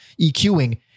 EQing